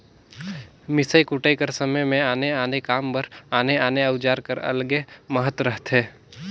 मिसई कुटई कर समे मे आने आने काम बर आने आने अउजार कर अलगे महत रहथे